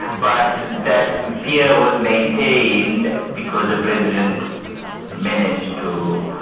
but that fear was maintained because the president and managed to